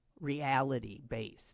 reality-based